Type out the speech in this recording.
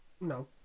No